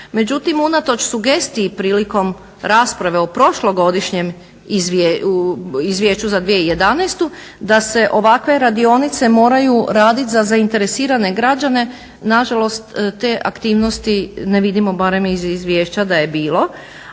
Međutim, unatoč sugestiji prilikom rasprave o prošlogodišnjem izvješću za 2011. da se ovakve radionice moraju raditi za zainteresirane građane, nažalost te aktivnosti ne vidimo barem iz izvješća da je bilo.